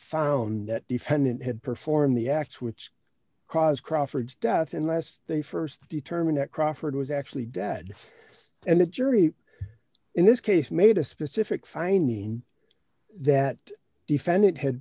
found that defendant had performed the act which caused crawford's death unless they st determine at crawford was actually dead and the jury in this case made a specific finding that defend